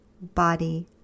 body